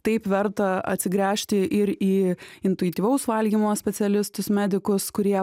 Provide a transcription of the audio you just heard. taip verta atsigręžti ir į intuityvaus valgymo specialistus medikus kurie